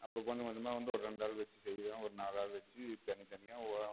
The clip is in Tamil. அப்புறம் கொஞ்சம் கொஞ்சமாக வந்து ஒரு ரெண்டு ஆள் வெச்சு செய்வேன் ஒரு நாலு ஆள் வெச்சு தனித்தனியாக ஒ ஆ